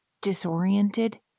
disoriented